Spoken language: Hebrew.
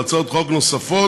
ובהצעות חוק נוספות